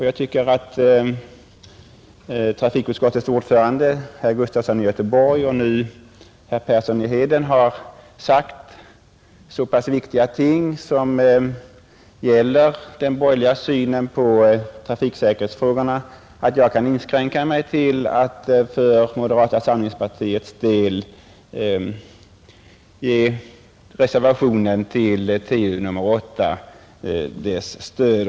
Jag tycker att trafikutskottets ordförande herr Gustafson i Göteborg och nu senast herr Persson i Heden har sagt så pass viktiga ting som gäller den borgerliga synen på trafiksäkerhetsfrågorna att jag kan inskränka mig till att för moderata samlingspartiets del ge reservationen till trafikutskottets betänkande nr 8 vårt stöd.